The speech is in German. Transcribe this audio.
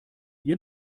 ihr